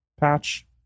patch